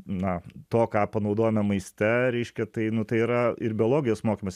na to ką panaudojame maiste reiškia tai nu tai yra ir biologijos mokymas